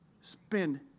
spend